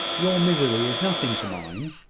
your misery is nothing to mine.